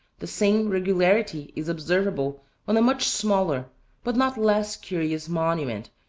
the same regularity is observable on a much smaller but not less curious monument,